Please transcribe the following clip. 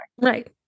right